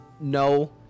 no